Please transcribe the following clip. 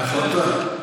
זו החלטה.